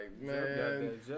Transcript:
man